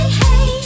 hey